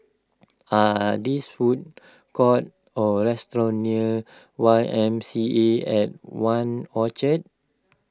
are there food courts or restaurants near Y M C A at one Orchard